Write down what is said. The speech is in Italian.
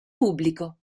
pubblico